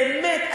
באמת,